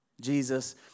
Jesus